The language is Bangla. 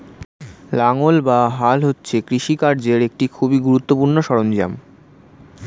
লাঙ্গল বা হাল হচ্ছে কৃষিকার্যের একটি খুবই গুরুত্বপূর্ণ সরঞ্জাম